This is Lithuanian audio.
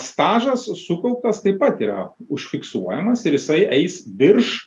stažas sukauptas taip pat yra užfiksuojamas ir jisai eis virš